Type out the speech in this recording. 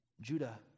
Judah